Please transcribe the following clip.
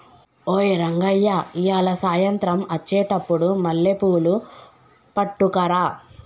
ఓయ్ రంగయ్య ఇయ్యాల సాయంత్రం అచ్చెటప్పుడు మల్లెపూలు పట్టుకరా